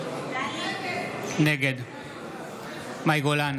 נגד מאי גולן,